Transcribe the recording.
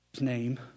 name